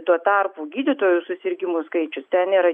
tuo tarpu gydytojų susirgimų skaičius ten yra